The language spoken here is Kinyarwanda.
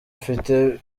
mfite